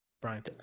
Brian